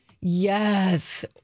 Yes